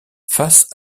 face